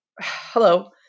hello